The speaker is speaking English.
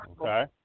okay